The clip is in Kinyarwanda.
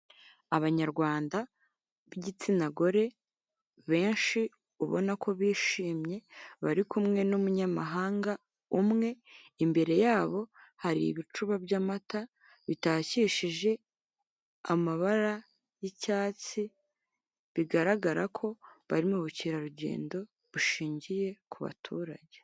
Abanyarwanda b'igitsina gore benshi ubona ko bishimye, bari kumwe n'umunyamahanga umwe. Imbere yabo hari ibicuba by'amata bitakishije amabara y'icyatsi bigaragara ko bari mu bucyerarugendo bushingiye ku baturage.